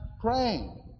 praying